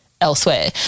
elsewhere